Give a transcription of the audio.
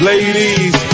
Ladies